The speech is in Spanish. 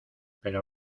pero